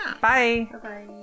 Bye